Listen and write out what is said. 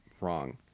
wrong